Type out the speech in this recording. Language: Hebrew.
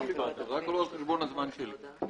רק לא על חשבון הזמן שלי.